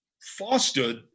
fostered